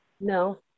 No